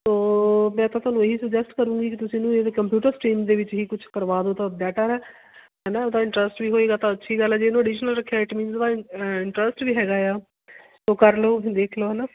ਸੋ ਮੈਂ ਤਾਂ ਤੁਹਾਨੂੰ ਇਹ ਹੀ ਸੁਜੈਸਟ ਕਰੂੰਗੀ ਜੇ ਤੁਸੀਂ ਇਹਨੂੰ ਇਹਦੇ ਕੰਪਿਊਟਰ ਸਟ੍ਰੀਮ ਦੇ ਵਿੱਚ ਹੀ ਕੁਛ ਕਰਵਾ ਦਿਉ ਤਾਂ ਬੈਟਰ ਹੈ ਹੈ ਨਾ ਉਹਦਾ ਇੰਟਰਸਟ ਵੀ ਹੋਵੇਗਾ ਤਾਂ ਅੱਛੀ ਗੱਲ ਹੈ ਜੇ ਇਹਨੂੰ ਐਡੀਸ਼ਨਲ ਰੱਖਿਆ ਇੱਟ ਮੀਨਜ਼ ਉਹਦਾ ਇੰ ਇੰਨਟਰਸਟ ਵੀ ਹੈਗਾ ਆ ਉਹ ਕਰ ਲਓ ਦੇਖ ਲਓ ਹੈ ਨਾ